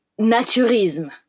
naturisme